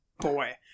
Boy